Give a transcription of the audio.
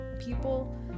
people